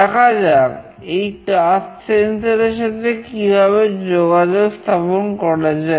দেখা যাক এই টাচ সেন্সরের সাথে কিভাবে যোগাযোগ স্থাপন করা যায়